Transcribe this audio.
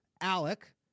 Alec